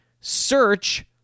search